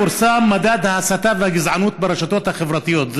פורסם מדד ההסתה והגזענות ברשתות החברתיות.